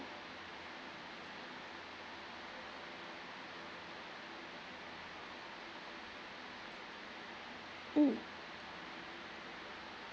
mm